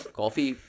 coffee